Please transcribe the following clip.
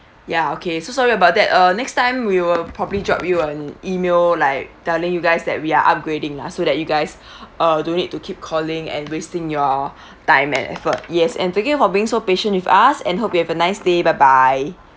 ya okay so sorry about that uh next time we will probably drop you an email like telling you guys that we're upgrading lah so that you guys uh don't need to keep calling and wasting your time and effort yes and thank you for being so patient with us and hope you have a nice day bye bye